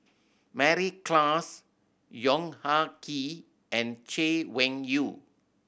Mary Klass Yong Ah Kee and Chay Weng Yew